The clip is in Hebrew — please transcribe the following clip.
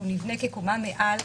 כשהוא נבנה כקומה מעל,